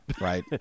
Right